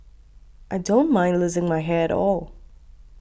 I don't mind losing my hair at all